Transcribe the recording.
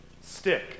stick